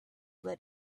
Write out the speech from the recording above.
but